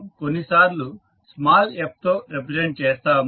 కొన్నిసార్లు small f తో represent చేస్తాము